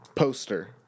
Poster